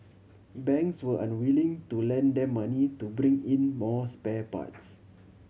banks were unwilling to lend them money to bring in more spare parts